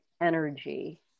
energy